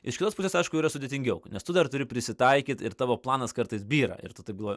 iš kitos pusės aišku yra sudėtingiau nes tu dar turi prisitaikyt ir tavo planas kartais byra ir tu taip galvoji